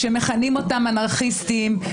שמכנים אותם "אנרכיסטים" ו"בוגדים",